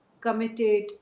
committed